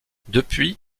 depuis